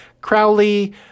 Crowley –